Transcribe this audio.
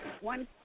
One